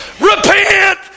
Repent